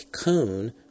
cone